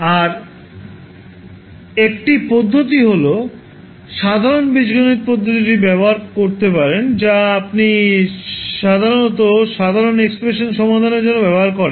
আর একটি পদ্ধতি হল সাধারণ বীজগণিত পদ্ধতিটি ব্যবহার করতে পারেন যা আপনি সাধারণত সাধারণ এক্সপ্রেশান সমাধানের জন্য ব্যবহার করেন